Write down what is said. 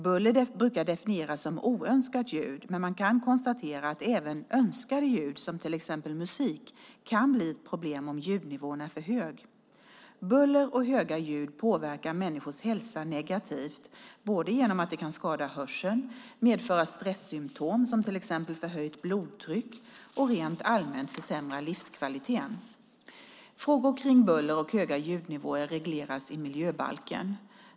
Buller brukar definieras som oönskat ljud, men man kan konstatera att även önskade ljud som till exempel musik kan bli ett problem om ljudnivån är för hög. Buller och höga ljud påverkar människors hälsa negativt genom att det kan skada hörseln, medföra stressymptom som till exempel förhöjt blodtryck och rent allmänt försämra livskvaliteten. Frågor kring buller och höga ljudnivåer regleras i miljöbalken.